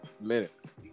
minutes